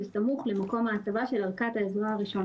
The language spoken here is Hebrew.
בסמוך למקום ההצבה של ערכת העזרה הראשונה.